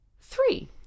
three